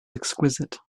exquisite